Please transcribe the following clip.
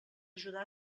ajudar